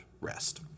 rest